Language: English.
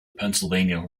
pennsylvania